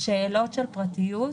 שאלות של פרטיות,